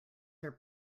are